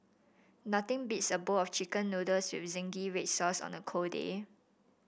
nothing beats a bowl of chicken noodles with zingy red sauce on a cold day